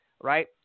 right